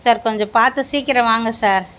sir கொஞ்சம் பார்த்து சீக்கிரம் வாங்க சார்